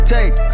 Take